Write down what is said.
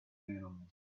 animals